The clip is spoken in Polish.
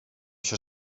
się